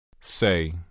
Say